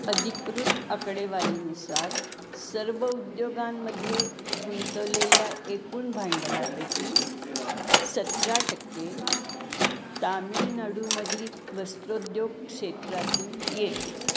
अधिकृत आकडेवारीनुसार सर्व उद्योगांमध्ये गुंतवलेल्या एकूण भांडवलापैकी सतरा टक्के तामिळनाडूमधील वस्त्रोद्योग क्षेत्रातून येते